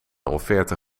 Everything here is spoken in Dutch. offerte